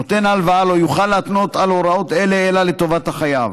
נותן ההלוואה לא יוכל להתנות על הוראות אלה אלא לטובת החייב.